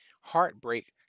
heartbreak